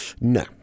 No